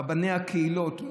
רבני הקהילות,